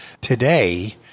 Today